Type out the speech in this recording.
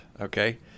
Okay